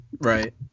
right